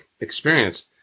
experience